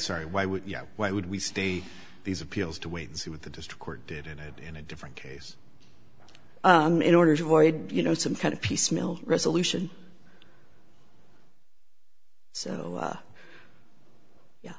sorry why would why would we stay these appeals to wait and see what the district court did in it in a different case in order to avoid you know some kind of piecemeal resolution so yeah